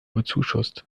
bezuschusst